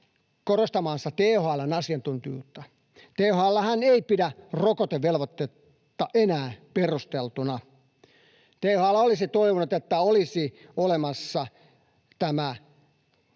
korostamaansa THL:n asiantuntijuutta. THL:han ei pidä rokotevelvoitetta enää perusteltuna. THL olisi toivonut, että rokotepassin sijasta